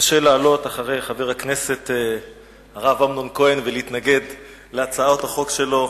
לעלות אחרי חבר הכנסת הרב אמנון כהן ולהתנגד להצעות החוק שלו,